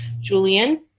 Julian